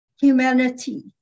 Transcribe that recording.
humanity